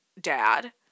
dad